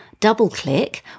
DoubleClick